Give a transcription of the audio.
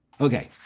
okay